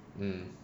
mm